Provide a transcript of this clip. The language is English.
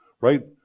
right